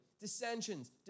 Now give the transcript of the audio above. Dissensions